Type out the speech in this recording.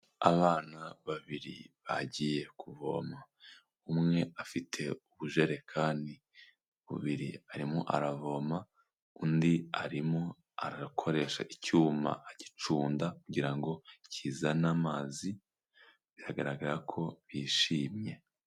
Abana babiri bagiye kuvoma, umwe afite ubujerekani bubiri, arimo aravoma undi arimo arakoresha icyuma agicunda kugira ngo kizane amazi, biragaragara ko bishimye.